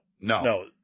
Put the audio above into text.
No